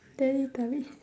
teletubbies